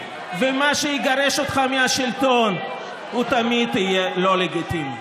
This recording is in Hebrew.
ומה שיגרש אותך מהשלטון הוא תמיד יהיה לא לגיטימי.